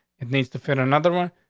it needs to fit another one,